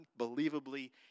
unbelievably